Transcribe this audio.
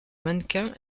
mannequin